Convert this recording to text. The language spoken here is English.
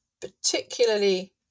particularly